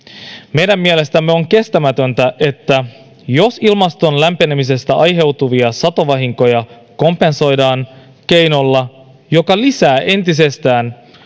meidän mielestämme on kestämätöntä jos ilmaston lämpenemisestä aiheutuvia satovahinkoja kompensoidaan keinolla joka lisää entisestään